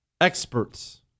experts